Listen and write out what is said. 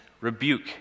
rebuke